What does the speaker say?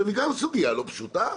שזאת גם סוגיה לא פשוטה.